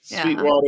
Sweetwater